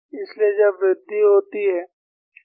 इसलिए जब वृद्धि होती है तो K घटने वाला है